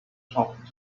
talk